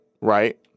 right